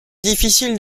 difficile